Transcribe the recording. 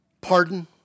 pardon